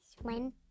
Swim